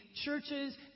churches